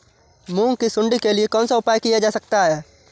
मूंग की सुंडी के लिए कौन सा उपाय किया जा सकता है?